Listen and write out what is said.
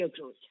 growth